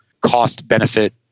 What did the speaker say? cost-benefit